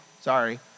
Sorry